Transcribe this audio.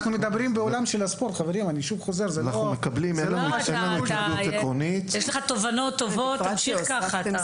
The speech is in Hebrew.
יש לך תובנות נכונות; המשך כך.